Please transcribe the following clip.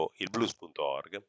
ilblues.org